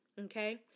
Okay